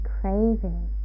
craving